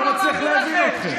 אני לא מצליח להבין אתכם.